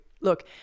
look